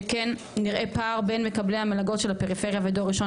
שכן נראה פער בין מקבלי המלגות של הפריפריה ודור ראשון